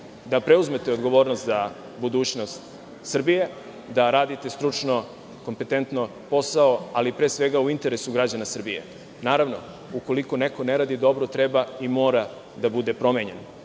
da preuzmete odgovornost za budućnost Srbije, da radite stručno, kompetentno posao, ali pre svega u interesu građana Srbije. Ukoliko neko ne radi dobro treba i mora da bude promenjen,